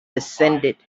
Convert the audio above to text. descended